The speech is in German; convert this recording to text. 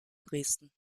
dresden